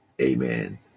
Amen